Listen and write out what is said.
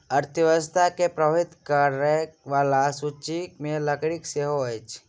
अर्थव्यवस्था के प्रभावित करय बला सूचि मे लकड़ी सेहो अछि